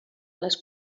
les